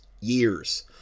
years